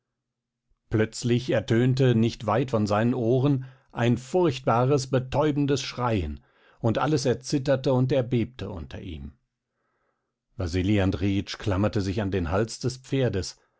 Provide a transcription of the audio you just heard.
plötzlich ertönte nicht weit von seinen ohren ein furchtbares betäubendes schreien und alles erzitterte und erbebte unter ihm wasili andrejitsch klammerte sich an den hals des pferdes